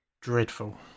dreadful